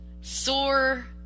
sore